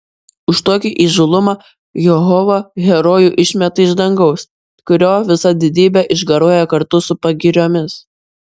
už tokį įžūlumą jehova herojų išmeta iš dangaus kurio visa didybė išgaruoja kartu su pagiriomis